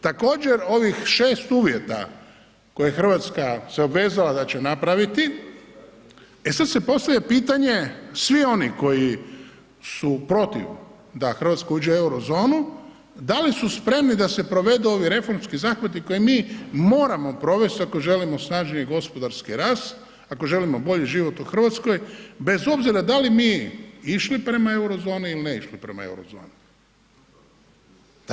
Također ovih 6 uvjeta koje je Hrvatska se obvezala da će napraviti, e sad se postavlja pitanje svi oni koji su protiv da Hrvatska uđe u euro zonu, da li su spremni da se provedu ovi reformski zahvati koje mi moramo provesti ako želimo snažniji gospodarski rast, ako želimo bolji život u Hrvatskoj bez obzira da li mi išli prema euro zoni ili ne išli prema euro zoni.